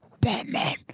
Batman